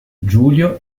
giulio